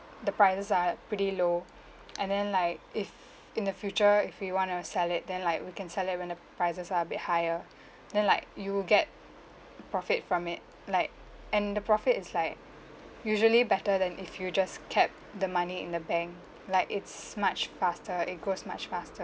the prices are pretty low and then like if in the future if you want to sell it then like we can sell it when the prices are a bit higher then like you will get profit from it like and the profit is like usually better than if you just kept the money in the bank like it's much faster it goes much faster